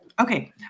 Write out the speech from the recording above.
Okay